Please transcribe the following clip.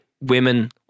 women